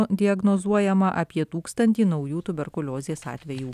diagnozuojama apie tūkstantį naujų tuberkuliozės atvejų